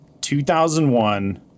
2001